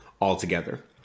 altogether